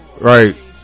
Right